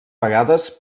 vegades